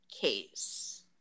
Case